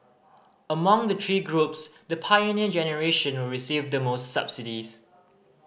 among the three groups the Pioneer Generation will receive the most subsidies